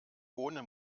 ohne